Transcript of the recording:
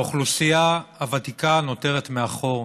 והאוכלוסייה הוותיקה נותרת מאחור.